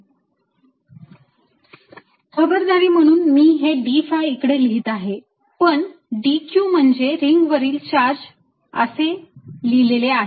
dSR2dcosθdϕ dV14π0R2dcosθdϕz2R2 2zRcosθ खबरदारी म्हणून मी हे d phi इकडे लिहिले आहे पण dq म्हणजे रिंग वरील चार्ज असे लिहिलेले आहे